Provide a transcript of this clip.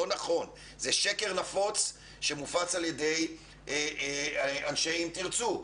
לא נכון, זה שקר נפוץ שמופץ על יד אנשי "אם תרצו".